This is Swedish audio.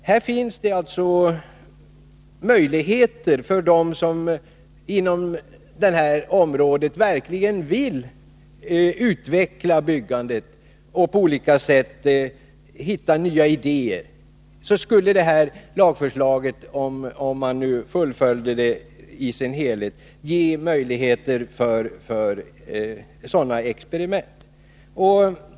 Här finns alltså möjligheter för dem som inom detta område verkligen vill utveckla byggandet och på olika sätt hitta nya idéer. Lagförslaget skulle, om man vill fullfölja det i dess helhet, ge möjligheter till sådana experiment.